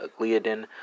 gliadin